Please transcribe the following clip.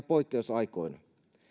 poikkeusaikoina